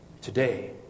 today